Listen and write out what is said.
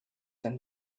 than